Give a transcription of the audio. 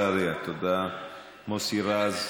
יוסי יונה, לא נמצא, רחל עזריה, תודה, מוסי רז,